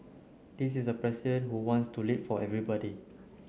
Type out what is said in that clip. this is a president who wants to lead for everybody